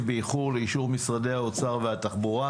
באיחור לאישור משרדי האוצר והתחבורה,